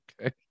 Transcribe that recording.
Okay